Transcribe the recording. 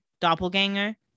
doppelganger